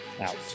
out